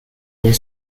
their